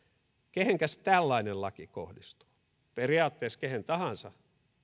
kehenkäs tällainen laki kohdistuu periaatteessa kehen tahansa